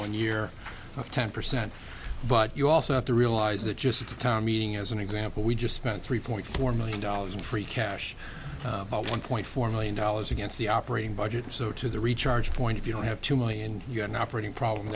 one year ten percent but you also have to realize that just a town meeting as an example we just spent three point four million dollars in free cash one point four million dollars against the operating budget so to the recharge point if you don't have two million you have an operating problem